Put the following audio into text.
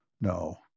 No